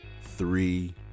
three